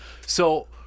So-